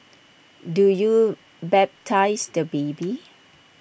do you baptise the baby